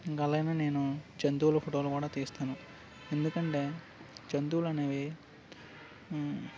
ఇంకా ఎలా అయినా నేను జంతువుల ఫోటోలు కూడా తీస్తాను ఎందుకంటే జంతువులు అనేవి